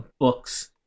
Books